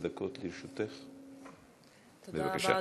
אדוני.